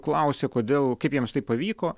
klausė kodėl kaip jiems tai pavyko